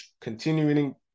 continuing